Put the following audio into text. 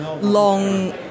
long